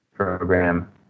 program